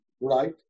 right